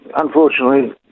Unfortunately